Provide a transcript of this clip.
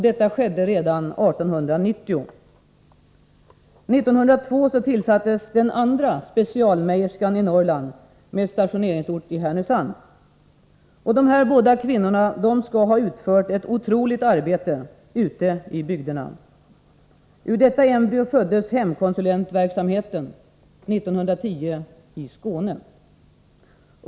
Detta skedde redan 1890. ringsort i Härnösand. Dessa båda kvinnor skall ha utfört ett otroligt arbete ute i bygderna. Ur detta embryo föddes hemkonsulentverksamheten 1910, i Skåne.